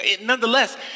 nonetheless